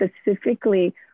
specifically